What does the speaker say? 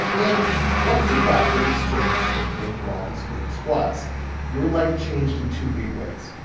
and what you got in exchange for going through all these hoops was your life changed in two big ways.